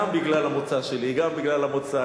גם בגלל המוצא שלי, גם בגלל המוצא.